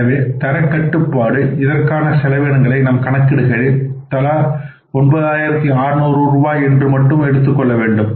எனவே தரக்கட்டுப்பாட்டு இற்கான செலவினங்களை நாம் கணக்கிடுகையில் தலா 9600 ரூபாய் என்று மட்டுமே எடுத்துக் கொள்ள வேண்டும்